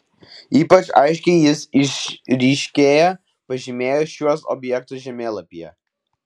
ypač aiškiai jis išryškėja pažymėjus šiuos objektus žemėlapyje